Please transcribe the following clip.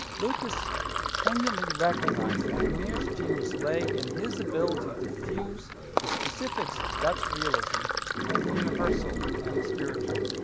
lucas pointedly recognized that vermeer's genius lay in his ability to fuse the specifics of dutch realism with the universal and the spiritual.